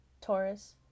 Taurus